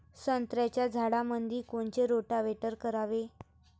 संत्र्याच्या झाडामंदी कोनचे रोटावेटर करावे?